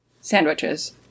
sandwiches